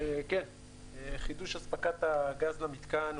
חידוש אספקת גז למיתקן,